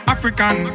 African